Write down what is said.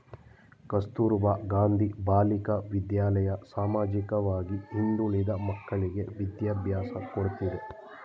ಕಸ್ತೂರಬಾ ಗಾಂಧಿ ಬಾಲಿಕಾ ವಿದ್ಯಾಲಯ ಸಾಮಾಜಿಕವಾಗಿ ಹಿಂದುಳಿದ ಮಕ್ಕಳ್ಳಿಗೆ ವಿದ್ಯಾಭ್ಯಾಸ ಕೊಡ್ತಿದೆ